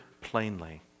plainly